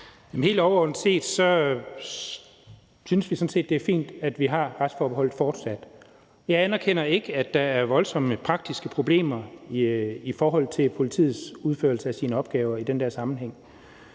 helt overordnet set synes vi sådan set, det er fint, at vi fortsat har retsforbeholdet. Jeg anerkender ikke, at der er voldsomme praktiske problemer i forhold til politiets udførelse af deres opgaver i den der sammenhæng.